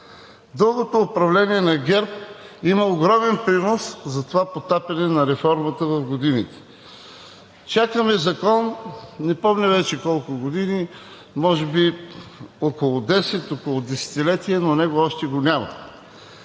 Дългото управление на ГЕРБ има огромен принос за това потапяне на реформата в годините. Чакаме закон, не помня вече колко години, може би, около 10 – около десетилетие, но него още го няма?!